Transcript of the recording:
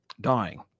dying